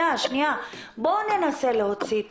בואו ננסה להוציא תשובות.